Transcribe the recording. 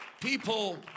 People